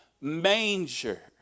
manger